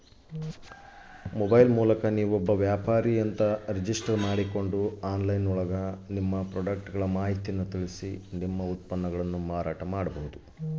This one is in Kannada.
ಮೊಬೈಲ್ ಮೂಲಕ ನಾನು ಉತ್ಪನ್ನಗಳನ್ನು ಹೇಗೆ ಮಾರಬೇಕು?